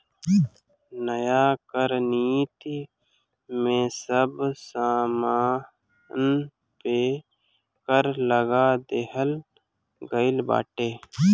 नया कर नीति में सब सामान पे कर लगा देहल गइल बाटे